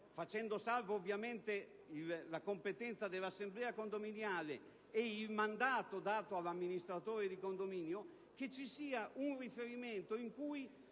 facendo salva ovviamente la competenza dell'assemblea condominiale e il mandato dato all'amministratore di condominio, si propone di introdurre un riferimento in